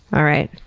alright.